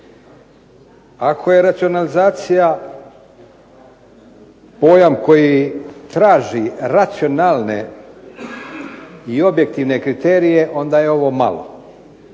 Ako je racionalizacija pojam koji traži racionalne i objektivne kriterije onda je ovo malo.